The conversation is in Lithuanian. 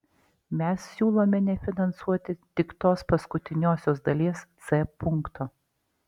mes siūlome nefinansuoti tik tos paskutiniosios dalies c punkto